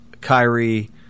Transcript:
Kyrie